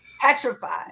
petrified